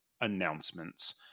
announcements